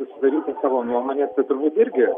susidaryti savo nuomonės tai turbūt irgi